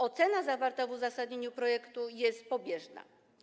Ocena zawarta w uzasadnieniu projektu jest pobieżna.